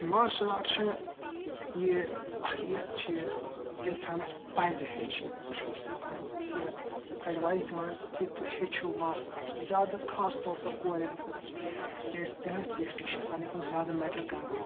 martial art چھُ یہِ اَکھ یُس چیٖز اِنسانَس پَزِ ہیٚچھِن بہٕ چھُس لوٗکَن یہِ ایٚڈوایِز دِوان کہِ تُہۍ ہیٚچھُو مارشَل آرٹٔس زیادٕ خاص طور پر کوریَن خٲطرٕ تِکیٛازِ تِہٕنٛز سیٚفٹِی چھ ِسانہِ کھۄتہٕ زیادٕ میٹَر کَران